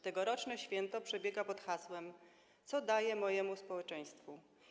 Tegoroczne święto przebiega pod hasłem: co daję mojemu społeczeństwu?